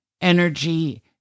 energy